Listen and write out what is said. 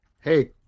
Hey